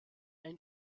ein